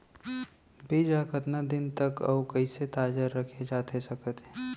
बीज ह कतका दिन तक अऊ कइसे ताजा रखे जाथे सकत हे?